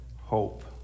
hope